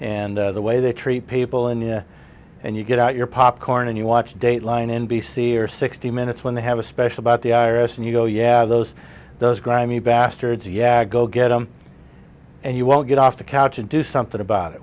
and the way they treat people in and you get out your popcorn and you watch dateline n b c or sixty minutes when they have a special about the i r s and you go oh yeah those those grimy bastards yeah go get em and you won't get off the couch and do something about it